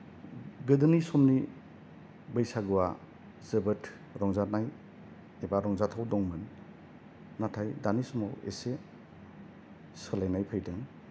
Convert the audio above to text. गोदोनि समनि बैसागुआ जोबोद रंजानाय एबा रंजाथाव दंमोन नाथाय दानि समाव एसे सोलायनाय फैदों